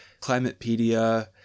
Climatepedia